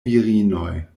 virinoj